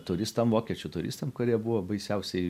turistam vokiečių turistam kurie buvo baisiausiai